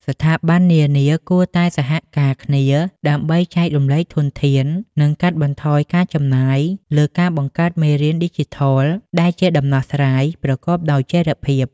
ស្ថាប័ននានាគួរតែ សហការគ្នា ដើម្បីចែករំលែកធនធាន និងកាត់បន្ថយការចំណាយលើការបង្កើតមេរៀនឌីជីថល ដែលជាដំណោះស្រាយប្រកបដោយចីរភាព។